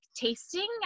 tasting